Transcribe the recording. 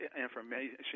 information